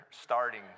starting